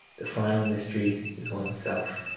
the final mystery is oneself.